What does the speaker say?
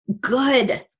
good